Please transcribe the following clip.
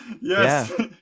Yes